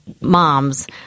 moms